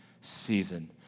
season